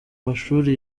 mashuri